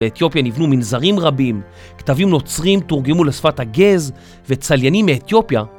באתיופיה נבנו מנזרים רבים, כתבים נוצרים תורגמו לשפת הגז וצליינים מאתיופיה